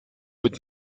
mit